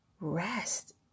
rest